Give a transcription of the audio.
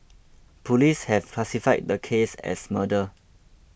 police have classified the case as murder